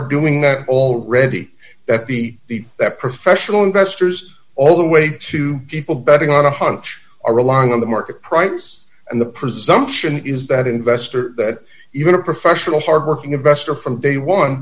doing that already that the that professional investors all the way to people betting on a hunch are relying on the market price and the presumption is that investor that even a professional hardworking investor from day one